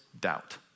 doubt